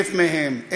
1,000 מהם,